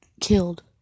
killed